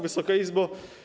Wysoka Izbo!